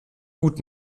gut